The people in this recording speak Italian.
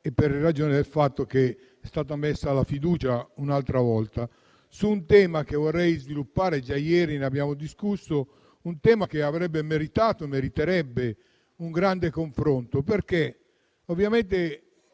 e per il fatto che è stata messa la fiducia un'altra volta su un tema che vorrei sviluppare - già ieri ne abbiamo discusso - un tema che avrebbe meritato e meriterebbe un grande confronto.